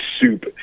soup